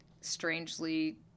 strangely